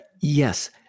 yes